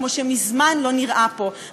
כמו שמזמן לא נראה פה.